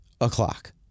o'clock